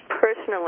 personally